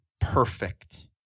perfect